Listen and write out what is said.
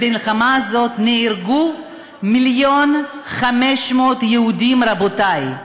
במלחמה הזאת נהרגו 1.5 מיליון יהודים, רבותי.